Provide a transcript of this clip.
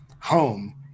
home